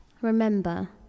Remember